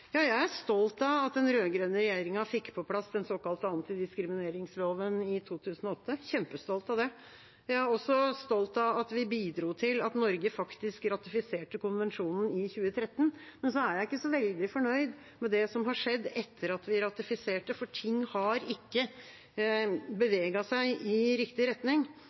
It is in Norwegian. Ja, jeg er stolt av at den rød-grønne regjeringa fikk på plass den såkalte antidiskrimineringsloven i 2008 – jeg er kjempestolt av det. Jeg er også stolt av at vi bidro til at Norge faktisk ratifiserte konvensjonen i 2013. Men så er jeg ikke så veldig fornøyd med det som har skjedd etter at vi ratifiserte, for ting har ikke beveget seg i riktig retning.